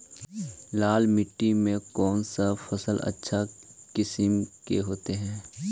लाल मिट्टी में कौन से फसल अच्छा किस्म के होतै?